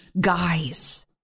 Guys